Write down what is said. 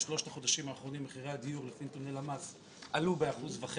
בשלושת החודשים האחרונים מחירי הדיור לפי נתוני למ"ס עלו ב-1.5%.